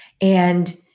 And-